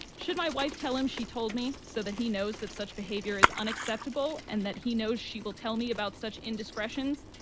should my wife tell him? she told me so that he knows that such behavior is unacceptable and that he knows she will tell me about such indiscretions.